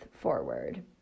forward